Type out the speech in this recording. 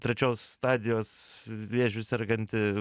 trečios stadijos vėžiu serganti